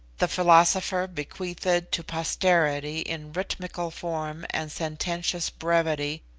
the philosopher bequeathed to posterity in rhythmical form and sententious brevity,